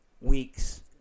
weeks